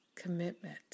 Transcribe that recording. commitment